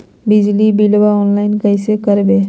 बिजली बिलाबा ऑनलाइन कैसे करबै?